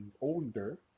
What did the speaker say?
older